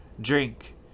Drink